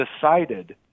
decided